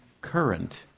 current